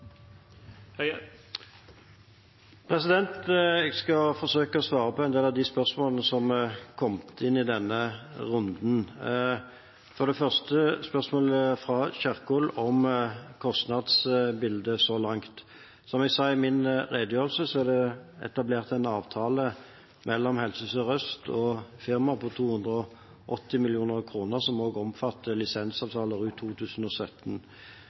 mulig måte. Jeg skal forsøke å svare på en del av spørsmålene som så langt har kommet i denne runden – for det første spørsmålet fra Kjerkol om kostnadsbildet: Som jeg sa i min redegjørelse, er det etablert en avtale mellom Helse Sør-Øst og firma på 280 mill. kr, som også omfatter lisensavtaler i 2017.